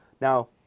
now